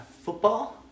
Football